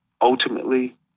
Ultimately